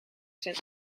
zijn